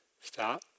Stop